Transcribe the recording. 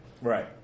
Right